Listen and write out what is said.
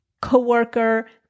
coworker